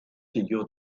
figures